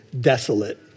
desolate